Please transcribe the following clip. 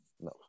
No